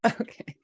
Okay